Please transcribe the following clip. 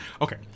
Okay